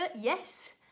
yes